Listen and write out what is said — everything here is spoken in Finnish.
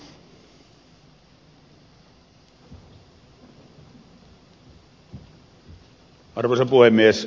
arvoisa puhemies